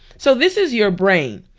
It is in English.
so this is your brain.